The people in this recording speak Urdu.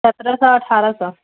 سترہ سو اٹھارہ سو